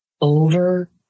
over